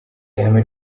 ihame